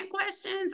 questions